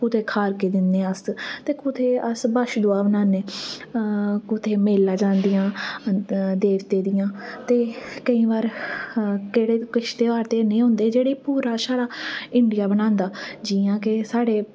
कुतै खारके दिन्ने अस ते कुदै बच्छ दुआह् दिन्ने अस कुदै मेला जंदियां देवतें दियां ते केईं ते छड़े इन्ने ध्यार होंदे जेह्ड़ा साढ़ा पूरा छड़ा इंडिया मनांदा जियां की साढ़े